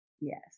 Yes